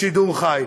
בשידור חי.